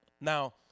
Now